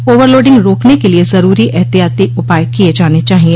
our loading रोकने के लिए जरूरी एहतियाती उपाय किये जाने चाहिए